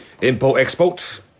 Import-export